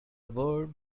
word